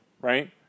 right